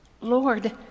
Lord